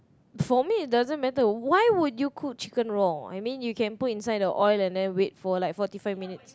for me it doesn't matter why would you cook chicken raw I mean you could put instead the oil and then wait for like forty five minutes